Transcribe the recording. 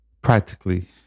practically